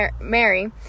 Mary